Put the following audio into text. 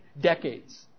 decades